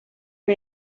you